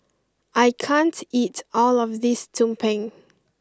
I can't eat all of this Tumpeng